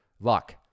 luck